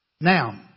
Now